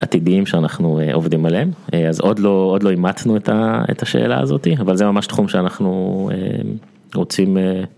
עתידים שאנחנו עובדים עליהם אז עוד לא אימצנו את השאלה הזאת אבל זה ממש תחום שאנחנו רוצים.